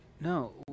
No